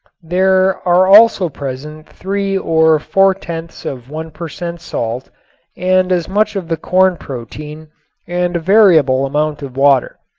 there are also present three or four-tenths of one per cent. salt and as much of the corn protein and a variable amount of water.